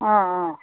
অঁ অঁ